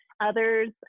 others